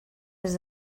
des